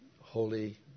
holy